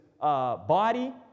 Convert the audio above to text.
body